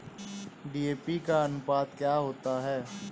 DAP का अनुपात क्या होता है?